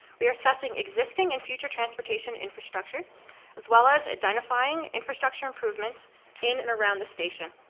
we are assessing existing and future transportation infrastructure as well as identifying infrastructure improvements in and around the station.